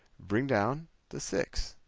bring down the six.